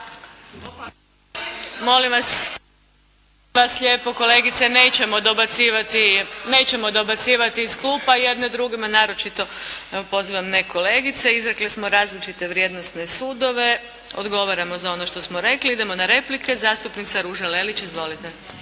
kolegice, nećemo dobacivati iz klupa jedne drugima, naročito pozivam nekolegice. Izrekle smo različite vrijednosne sudove, odgovaramo za ono što smo rekli. Idemo na replike. Zastupnica Ruža Lelić. Izvolite.